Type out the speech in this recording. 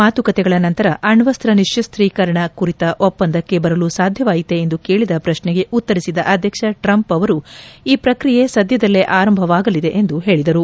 ಮಾತುಕತೆಗಳ ನಂತರ ಅಣ್ಣಸ್ತ ನಿಶಸ್ತೀಕರಣ ಕುರಿತ ಒಪ್ಪಂದಕ್ಷೆ ಬರಲು ಸಾಧ್ಯವಾಯಿತೆ ಎಂದು ಕೇಳದ ಪ್ರಕ್ಷೆಗೆ ಉತ್ತರಿಸಿದ ಅಧ್ಯಕ್ಷ ಟ್ರಂಪ್ ಅವರು ಈ ಪ್ರಕ್ರಿಯೆ ಸದ್ಭದಲ್ಲೇ ಆರಂಭವಾಗಲಿದೆ ಎಂದು ಹೇಳಿದರು